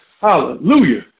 hallelujah